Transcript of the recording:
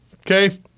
Okay